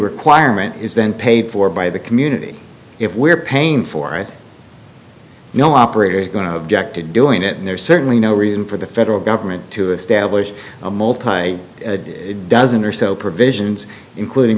requirement is then paid for by the community if we're paying for it no operators going to object to doing it and there's certainly no reason for the federal government to establish a multimeter a dozen or so provisions including